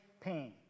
pain